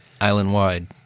island-wide